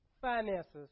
finances